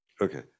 okay